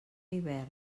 hivern